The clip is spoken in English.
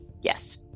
yes